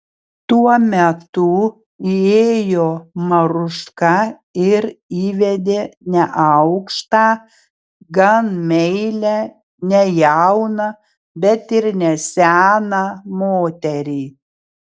tuo metu įėjo maruška ir įvedė neaukštą gan meilią ne jauną bet ir ne seną moterį